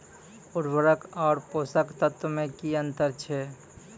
उर्वरक आर पोसक तत्व मे की अन्तर छै?